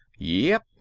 yep,